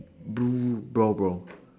blue brown brown